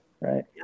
right